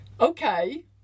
Okay